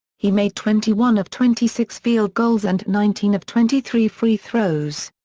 he made twenty one of twenty six field goals and nineteen of twenty three free throws.